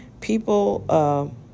people